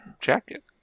jacket